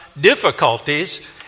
difficulties